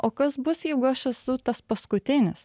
o kas bus jeigu aš esu tas paskutinis